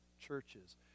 churches